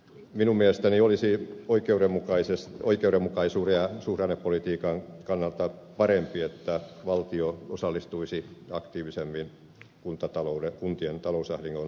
minun mielestäni olisi oikeudenmukaisuuden ja suhdannepolitiikan kannalta parempi että valtio osallistuisi aktiivisemmin kuntien talousahdingon helpottamiseen